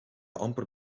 amper